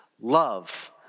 Love